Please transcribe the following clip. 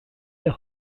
der